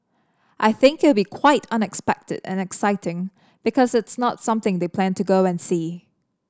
I think it will be quite unexpected and exciting because it's not something they plan to go and see